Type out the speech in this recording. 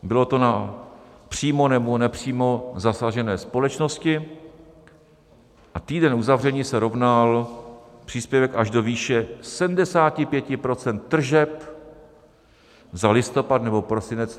Bylo to na přímo nebo nepřímo zasažené společnosti a týden uzavření se rovnal příspěvku až do výše 75 % tržeb za listopad nebo prosinec 2019.